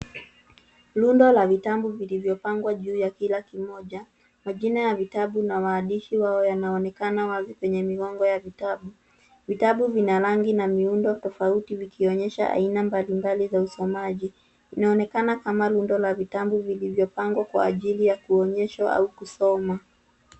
Rundo la vitabu vilivyo pangwa juu ya kila kimoja. Majina ya vitabu na maandishi wao yanaonekana wazi kwenye miwango ya vitabu. Vitabu vina rangi na miundo tofauti vikionyesha aina mbalimbali za usomaji, inaonekana kama rundo la vitabu vilivyopangwa kwa ajili ya kuonyeshwa au kusomwa.